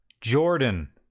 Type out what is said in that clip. Jordan